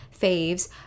faves